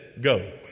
go